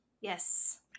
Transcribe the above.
Yes